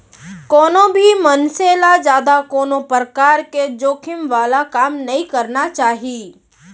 कोनो भी मनसे ल जादा कोनो परकार के जोखिम वाला काम नइ करना चाही